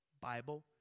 Bible